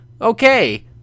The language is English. okay